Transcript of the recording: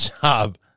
job